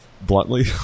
bluntly